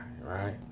right